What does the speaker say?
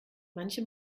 manche